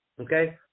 Okay